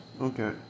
okay